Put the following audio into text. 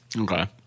Okay